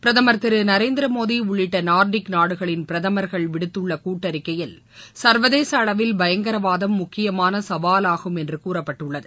பிரதமர் திரு நரேந்திரமோடி உள்ளிட்ட நார்டிக் நாடுகளின் பிரதமர்கள் விடுத்துள்ள கூட்டறிக்கையில் சர்வதேச அளவில் பயங்கரவாதம் முக்கியமான சவாவாகும் என்று கூறப்பட்டுள்ளது